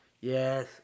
yes